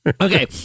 Okay